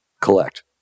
collect